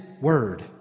word